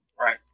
Right